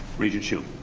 regent hsu.